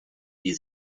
die